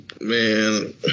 man